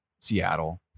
Seattle